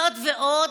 זאת ועוד,